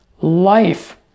life